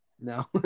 No